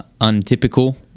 Untypical